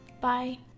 Bye